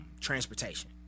transportation